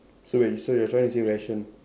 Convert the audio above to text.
so wait so you're trying to say ration